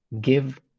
give